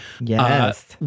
Yes